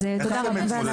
אז תודה רבה.